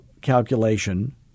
calculation